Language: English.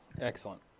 Excellent